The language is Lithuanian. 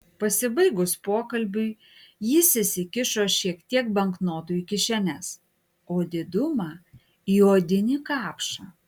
pasibaigus pokalbiui jis įsikišo šiek tiek banknotų į kišenes o didumą į odinį kapšą